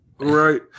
Right